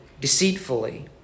deceitfully